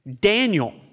Daniel